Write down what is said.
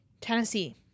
Tennessee